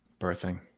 birthing